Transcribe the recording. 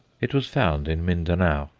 it was found in mindanao,